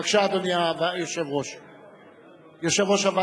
בבקשה, אדוני, יושב-ראש הוועדה,